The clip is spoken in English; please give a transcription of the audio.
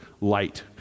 light